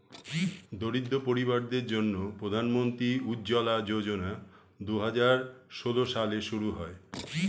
দরিদ্র পরিবারদের জন্যে প্রধান মন্ত্রী উজ্জলা যোজনা দুহাজার ষোল সালে শুরু হয়